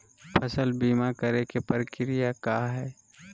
फसल बीमा करे के प्रक्रिया का हई?